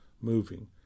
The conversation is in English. moving